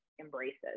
embraces